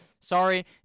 sorry